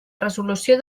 resolució